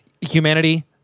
humanity